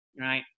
right